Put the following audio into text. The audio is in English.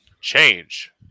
change